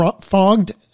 fogged